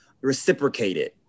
reciprocated